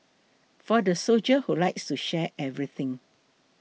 for the soldier who likes to share everything